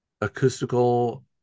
acoustical